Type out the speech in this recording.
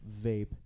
vape